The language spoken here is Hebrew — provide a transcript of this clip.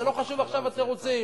זה לא חשוב עכשיו התירוצים.